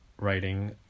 Writing